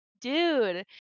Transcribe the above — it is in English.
dude